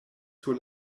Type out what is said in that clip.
sur